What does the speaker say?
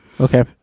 okay